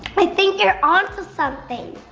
i think you're onto something!